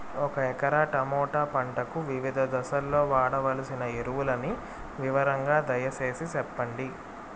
ఒక ఎకరా టమోటా పంటకు వివిధ దశల్లో వాడవలసిన ఎరువులని వివరంగా దయ సేసి చెప్పండి?